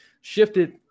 shifted